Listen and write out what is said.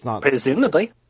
Presumably